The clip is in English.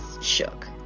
shook